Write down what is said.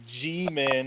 G-Men